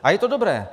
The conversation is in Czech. A je to dobré.